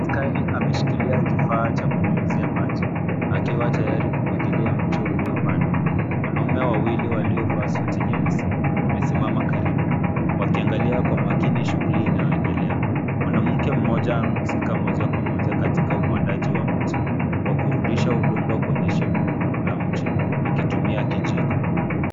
Askari ameshikilia kifaa cha kunyunyizia maji, akiwa tayari kumwagilia mche uliopandwa. Wanaume wawili walioivaa suti nyeusi wamesimama karibu, wakiangalia kwa makini shughuli inayoendelea. Mwanamke mmoja anahusika moja kwa moja katika upandaji wa mche, kwa kurudisha udongo kwenye shimo la mche akitumia kijiko.